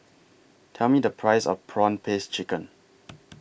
Tell Me The Price of Prawn Paste Chicken